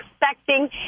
expecting